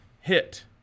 hit